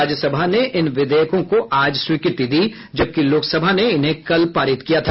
राज्यसभा ने इन विधेयकों को आज स्वीकृति दी जबकि लोकसभा ने इन्हें कल पारित किया था